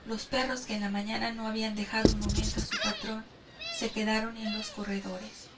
los perros que en la mañana no habían dejado un momento a su patrón se quedaron en los corredores